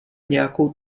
nějakou